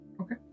okay